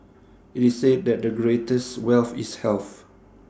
IT is said that the greatest wealth is health